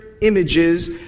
images